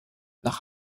nach